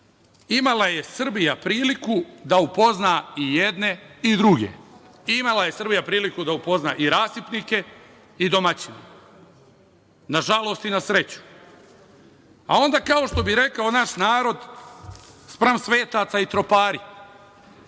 je Srbija priliku da upozna i jedne i druge, imala je Srbija priliku da upozna i rasipnike i domaćine nažalost i na sreću, a onda kao što bi rekao naš narod - spram svetaca i tropari,